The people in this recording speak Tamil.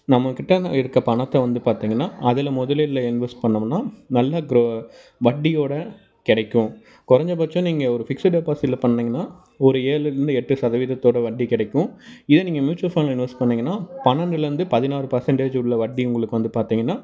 நம்ம கிட்ட இருக்க பணத்தை வந்து பார்த்தீங்கன்னா அதுல முதலீடுல இன்வெஸ்ட் பண்ணோமுன்னா நல்லா குரோ வட்டியோட கிடைக்கும் குறஞ்சப்பட்சம் நீங்கள் ஒரு பிக்ஸ்டு டெப்பாசிட்டில பண்ணீங்கன்னா ஒரு ஏழுலேருந்து எட்டு சதவீதத்தோட வட்டி கிடைக்கும் இதே நீங்கள் மியூட்சுவல் ஃபண்ட்ஸ் இன்வெஸ்ட் பண்ணீங்கன்னா பன்னண்டுலேர்ந்து பதினாறு பர்சண்டேஜ் உள்ள வட்டி உங்களுக்கு வந்து பார்த்தீங்கன்னா